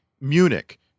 Munich